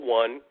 one